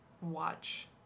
watch